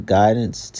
guidance